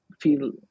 feel